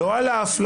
לא על אף.